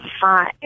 five